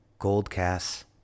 GoldCast